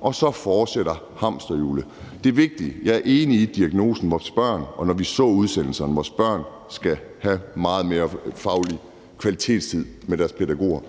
og så fortsætter hamsterhjulet. Det vigtige er: Jeg er enig i diagnosen om vores børn, også når vi så udsendelserne i fjernsynet. Vores børn skal have meget mere faglig kvalitetstid med deres pædagoger.